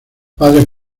padres